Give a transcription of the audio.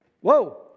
Whoa